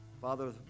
Father